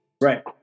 Right